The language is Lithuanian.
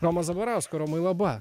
romo zabarausko romai laba